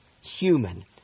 human